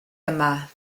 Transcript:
yma